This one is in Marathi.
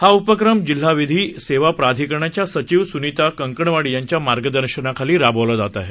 हाउपक्रमजिल्हाविधीसेवाप्राधिकरणाच्यासचिवसुनीताकंकणवाडीयांच्यामार्गदर्शनाखालीराबवलाजातआहे